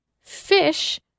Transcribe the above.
fish